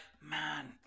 man